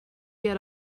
get